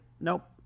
nope